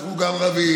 אנחנו גם רבים